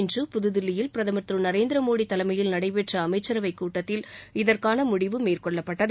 இன்று புதுதில்லியில் பிரதமர் திரு நரேந்தரமோடி தலைமையில் நபெற்ற அமைச்சரவைக்கூட்டத்தில் இதற்கான முடிவு மேற்கொள்ளப்பட்டது